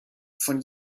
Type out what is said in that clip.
von